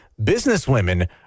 Businesswomen